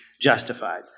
justified